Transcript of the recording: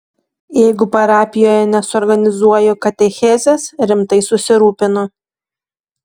jeigu parapijoje nesuorganizuoju katechezės rimtai susirūpinu